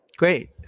Great